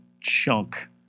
chunk